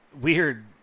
weird